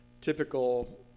typical